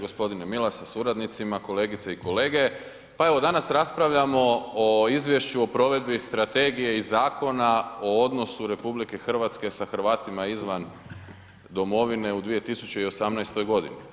Gospodine Milas sa suradnicima, kolegice i kolege, pa evo danas raspravljamo o Izvješću o provedbi strategije i Zakona o odnosu RH sa Hrvatima izvan domovine u 2018. godine.